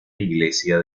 iglesia